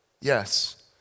Yes